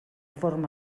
forma